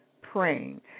praying